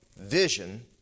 vision